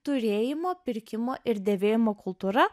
turėjimo pirkimo ir dėvėjimo kultūra